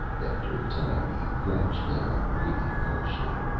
after a time he crouched down, breathing harshly.